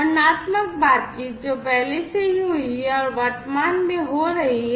वर्णनात्मक बातचीत जो पहले से ही हुई है और वर्तमान में हो रही है